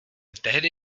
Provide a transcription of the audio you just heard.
tehdy